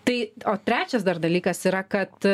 tai o trečias dar dalykas yra kad